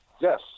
Yes